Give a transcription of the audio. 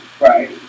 Right